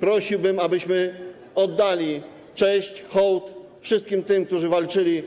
Prosiłbym, abyśmy oddali cześć, hołd wszystkim tym, którzy walczyli